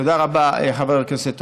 תודה רבה, חבר הכנסת רוזנטל.